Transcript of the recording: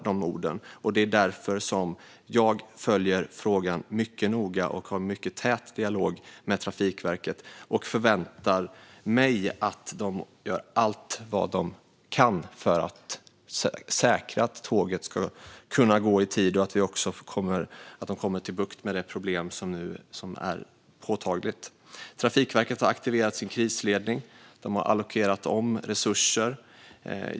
Det är därför som jag följer frågan mycket noga och har en mycket tät dialog med Trafikverket och förväntar mig att de gör allt vad de kan för att säkra att tåget ska kunna gå i tid och att de också får bukt med det problem som nu är påtagligt. Trafikverket har aktiverat sin krisledning. De har allokerat om resurser.